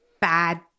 bad